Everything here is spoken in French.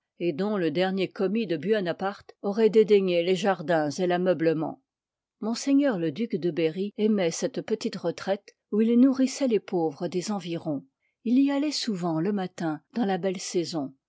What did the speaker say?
et dont le dernier commis de buonaparte actf oit dédaigné les jardins et tameublement m le duc de berry aimoit cette petite retraite oii il nourrissoit les pauvre des environs il y alloit souvent le matin dans a belle saison